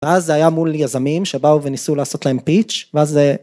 ואז זה היה מול יזמים שבאו וניסו לעשות להם פיץ', ואז זה.